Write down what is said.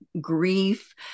grief